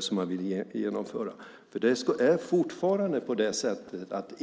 som de vill genomföra.